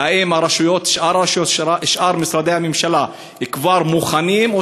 האם שאר הרשויות ומשרדי הממשלה כבר מוכנים,